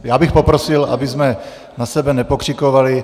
Já bych poprosil, abychom na sebe nepokřikovali.